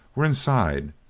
were inside,